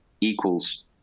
equals